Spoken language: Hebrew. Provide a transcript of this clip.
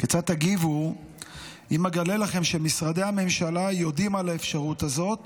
כיצד תגיבו אם אגלה לכם שמשרדי הממשלה יודעים על האפשרות הזאת